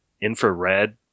infrared